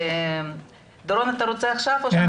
דורון בבקשה.